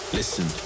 listen